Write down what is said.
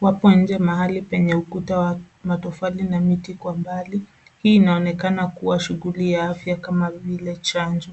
Wako nje mahali penye ukuta wa matofali na miti kwa mbali. Hii inaonekana kuwa shughuli afya kama vile chanjo.